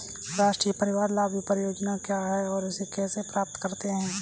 राष्ट्रीय परिवार लाभ परियोजना क्या है और इसे कैसे प्राप्त करते हैं?